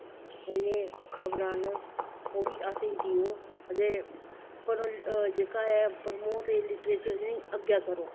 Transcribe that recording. जेह्ड़ी खबरां न ओह् बी असेंगी देओ ते जेह्का ऐ परमोट लिटरेचर अग्गैं करो